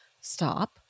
stop